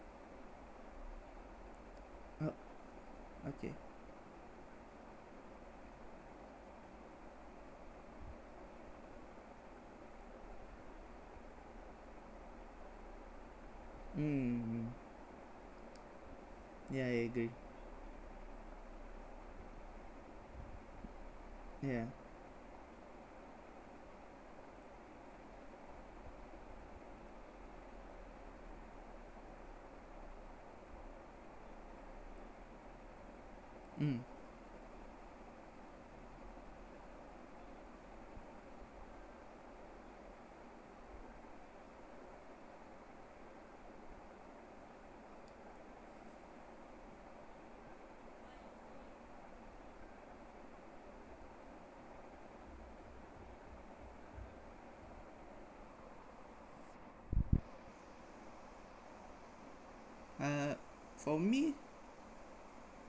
oh okay mm yah I agree yah mm uh for me